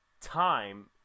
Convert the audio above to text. time